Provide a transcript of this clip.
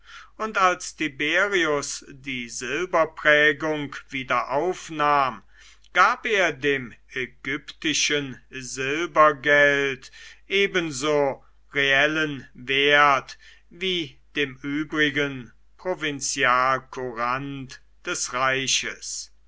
und als tiberius die silberprägung wieder aufnahm gab er dem ägyptischen silbergeld ebenso reellen wert wie dem übrigen provinzialcourant des reiches